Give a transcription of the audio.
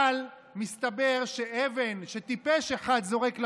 אבל מסתבר שאבן שטיפש אחד זורק לבאר,